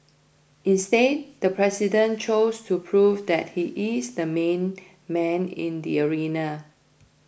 instead the president chose to prove that he is the main man in the arena